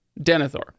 Denethor